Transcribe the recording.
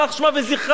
יימח שמה וזכרה,